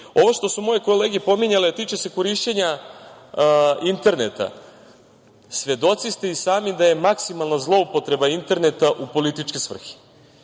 što su moje kolege pominjale tiče se korišćenja interneta. Svedoci ste i sami da je maksimalna zloupotreba interneta u političke svrhe.